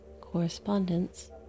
Correspondence